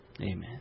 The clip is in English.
Amen